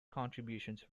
contributions